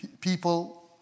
people